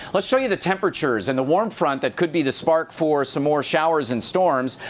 let's show you the temperatures and the warm front that could be the spark for so more showers and storms.